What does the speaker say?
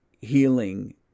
healing